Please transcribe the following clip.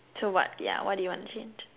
so what yeah what do you want to change